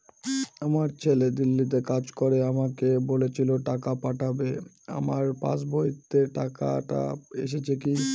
আমার ছেলে দিল্লীতে কাজ করে আমাকে বলেছিল টাকা পাঠাবে আমার পাসবইতে টাকাটা এসেছে কি?